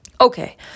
Okay